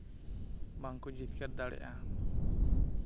ᱵᱟᱝᱠᱚ ᱡᱤᱛᱠᱟᱹᱨ ᱫᱟᱲᱮᱜᱼᱟ